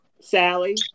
Sally